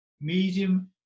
medium